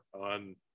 on